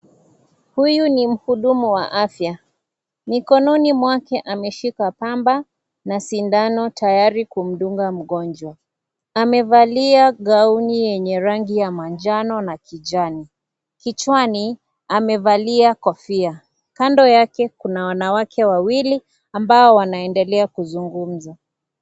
Huyu ni mhudumu wa afya. Mikononi mwake ameshika pamba na sindano tayari kumdunga mgonjwa. amevalia gaoni yenye rangi ya manjano na kijani. Kichwani amevalia kofia. Kando yake kuna wanawake wawili ambao wanaendelea kuzungumza.